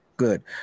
Good